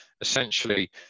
essentially